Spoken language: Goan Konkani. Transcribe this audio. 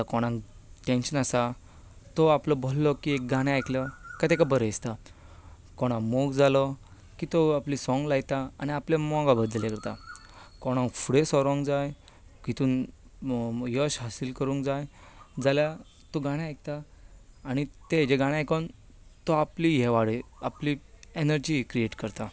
आतां कोणाक टॅन्शन आसा तो आपलो बसलो की एक गाणें आयकलो काय ताका बरें दिसता कोणा मोग जालो तो आपलें सोंग लायता आनी आपलें मोगा बद्दल हें करता कोणाक फुडें सरपाक जाय यश हासील करूंक जाय जाल्यार तूं गाणें आयकता आनी तें जें गाणें आयकून तो आपली हें वाडय एनर्जी क्रिएट करता